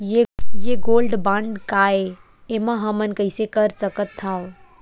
ये gold bond काय ए एमा हमन कइसे कर सकत हव?